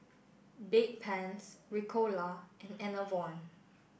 Bedpans Ricola and Enervon